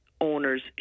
owners